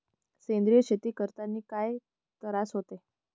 सेंद्रिय शेती करतांनी काय तरास होते?